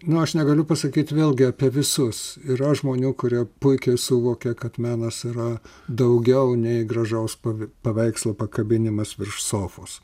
nu aš negaliu pasakyt vėlgi apie visus yra žmonių kurie puikiai suvokia kad menas yra daugiau nei gražaus paveikslo pakabinimas virš sofos